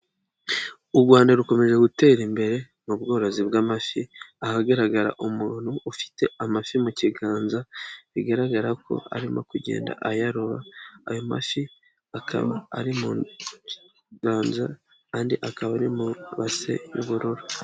U Rwanda rukomeje gutera imbere mu bworozi bw'amafi, ahagaragara umuntu ufite amafi mu kiganza, bigaragara ko arimo kugenda ayarora. Ayo mafi akaba ari mu biganza, andi akaba ari mu ibase y'ubururu.